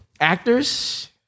Actors